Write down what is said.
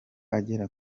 agera